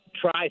try